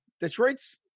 Detroit's